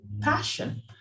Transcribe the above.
passion